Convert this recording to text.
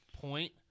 point